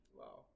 wow